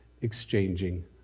exchanging